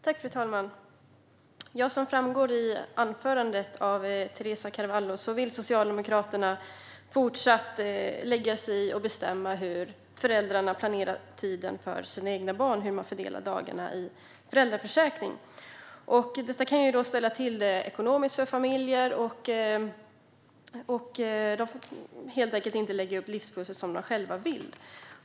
Fru talman! Som framgår av Teresa Carvalhos anförande vill Socialdemokraterna fortsatt lägga sig i och bestämma hur föräldrar planerar tiden för sina egna barn och hur dagarna i föräldraförsäkringen ska fördelas. Detta kan ställa till det ekonomiskt för familjer som inte får lägga upp livspusslet som de själva vill.